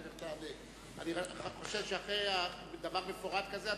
אני חושב שאחרי תשובה מפורטת כזאת,